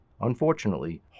Unfortunately